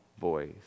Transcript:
voice